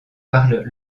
parlent